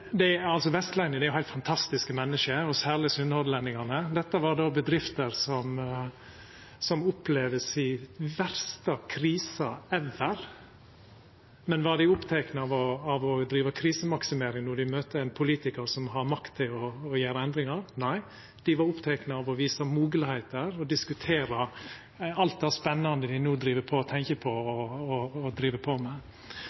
er jo heilt fantastiske menneske, særleg sunnhordlendingane. Dette var då bedrifter som opplever si verste krise «ever». Men var dei opptekne av å driva krisemaksimering når dei møter ein politikar som har makt til å gjera endringar? Nei, dei var opptekne av å visa moglegheiter, diskutera alt det spennande dei no tenkjer på og driv på med.